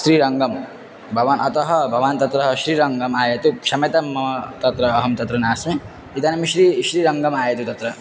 श्रीरङ्गं भवान् अतः भवान् तत्र श्रीरङ्गम् आयतु क्षम्यतां मम तत्र अहं तत्र नास्मि इदानीं श्री श्रीरङ्गम् आयातु तत्र